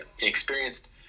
experienced